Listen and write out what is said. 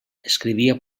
escrivia